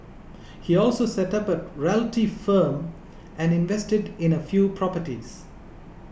he also set up a realty firm and invested in a few properties